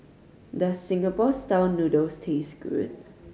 does Singapore Style Noodles taste good